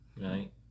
Right